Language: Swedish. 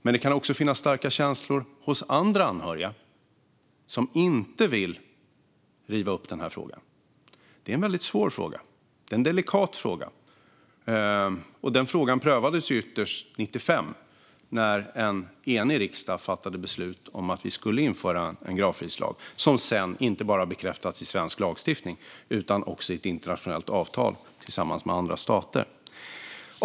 Men det kan också finnas starka känslor hos andra anhöriga som inte vill riva upp den frågan. Det är en väldigt svår fråga. Det är en delikat fråga. Den frågan prövades ytterst 1995 när en enig riksdag fattade beslut om att vi skulle införa en gravfridslag, som sedan inte bara har bekräftats i svensk lagstiftning utan också i ett internationellt avtal, tillsammans med andra stater.